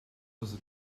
was